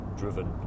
driven